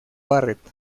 barrett